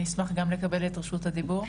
אשמח גם לקבל את רשות הדיבור,